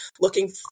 looking